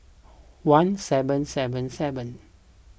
one seven seven seven